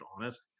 honest